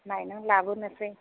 नायनानै लाबोनोसै